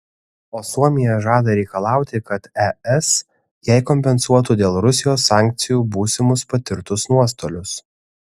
o suomija žada reikalauti kad es jai kompensuotų dėl rusijos sankcijų būsimus patirtus nuostolius